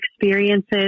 experiences